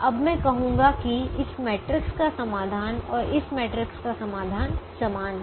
अब मैं कहूंगा कि इस मैट्रिक्स का समाधान और इस मैट्रिक्स का समाधान समान है